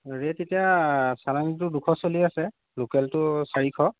rate এতিয়া চালানীটো দুশ চলি আছে লোকেলটো চাৰিশ